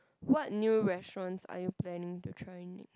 what new restaurants are you planning to try next